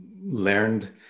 learned